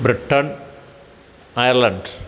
Britain Ireland